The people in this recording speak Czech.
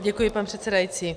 Děkuji, pane předsedající.